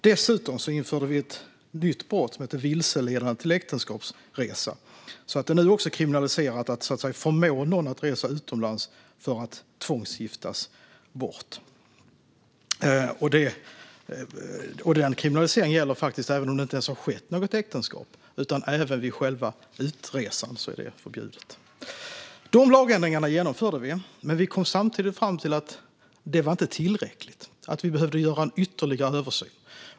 Dessutom införde vi ett nytt brott som heter vilseledande till äktenskapsresa, vilket innebär att det nu också är kriminaliserat att förmå någon att resa utomlands för att tvångsgiftas bort. Den kriminaliseringen gäller faktiskt även om det inte ens har ingåtts något äktenskap; detta innebär att själva utresan är förbjuden. De lagändringarna genomförde vi. Men vi kom samtidigt fram till att det inte var tillräckligt och att vi behövde göra en ytterligare översyn.